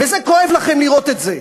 וכואב לכם לראות את זה.